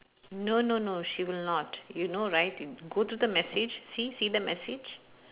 no no no she will not you know right go to the message see see the message